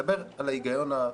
אני מדבר על ההיגיון הפשוט.